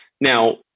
Now